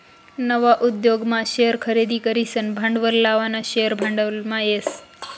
नवा उद्योगमा शेअर खरेदी करीसन भांडवल लावानं शेअर भांडवलमा येस